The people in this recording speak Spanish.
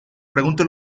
pregunte